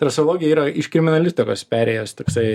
trasologija yra iš kriminalistikos perėjęs toksai